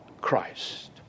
Christ